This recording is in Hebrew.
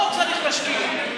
פה צריך להשקיע.